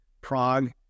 Prague